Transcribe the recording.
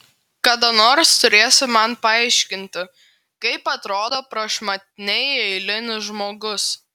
kada nors turėsi man paaiškinti kaip atrodo prašmatniai eilinis žmogus